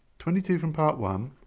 twenty two from part one